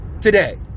Today